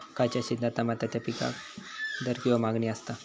खयच्या सिजनात तमात्याच्या पीकाक दर किंवा मागणी आसता?